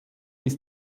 ist